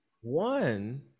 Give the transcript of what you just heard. one